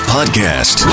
Podcast